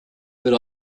but